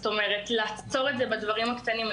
זאת אומרת, לעצור את זה בדברים הקטנים.